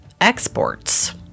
exports